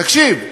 תקשיב.